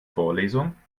vorlesung